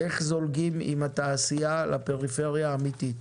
איך זולגים עם התעשייה לפריפריה אמיתית.